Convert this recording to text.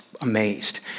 amazed